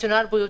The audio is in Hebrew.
רגיל.